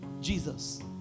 Jesus